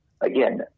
Again